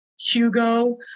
hugo